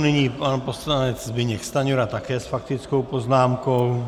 Nyní pan poslanec Zbyněk Stanjura také s faktickou poznámkou.